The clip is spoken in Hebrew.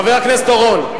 חבר הכנסת אורון.